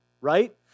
right